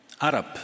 Arab